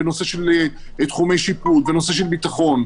בנושא של תחומי שיפוט; בנושא של ביטחון,